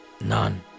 none